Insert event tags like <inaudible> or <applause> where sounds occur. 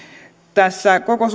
tässä koko <unintelligible>